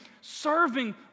serving